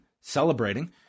celebrating